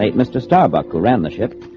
mr. starbuck you ran the ship.